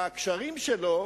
בקשרים שלו,